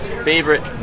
favorite